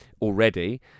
already